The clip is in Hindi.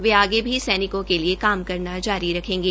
वे आगे भी सैनिकों के लिए काम करना जारी रखेंगे